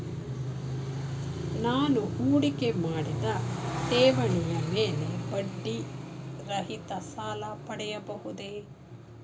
ನಾನು ಹೂಡಿಕೆ ಮಾಡಿದ ಠೇವಣಿಯ ಮೇಲೆ ಬಡ್ಡಿ ರಹಿತ ಸಾಲ ಪಡೆಯಬಹುದೇ?